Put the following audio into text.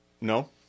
No